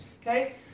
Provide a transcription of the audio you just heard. okay